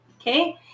Okay